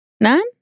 None